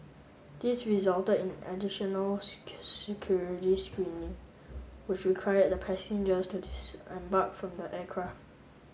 this resulted in additional security screening which required the passengers to disembark from the aircraft